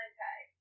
Okay